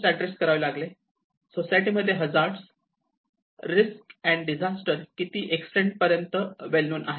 सोसायटीमध्ये hazard risk and disaster किती extend पर्यंत वेलनोन आहे